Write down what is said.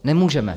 Nemůžeme.